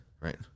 right